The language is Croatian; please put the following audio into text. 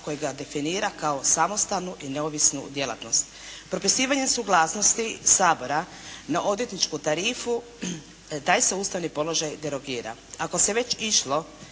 koje ga definira kao samostalnu i neovisnu djelatnost. Propisivanje suglasnosti Sabora na odvjetničku tarifu taj se ustavni položaj derogira.